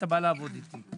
אתה בא לעבוד אצלי.